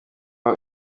aho